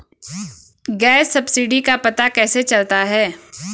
Gas subsidy का पता कैसे चलता है?